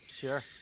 Sure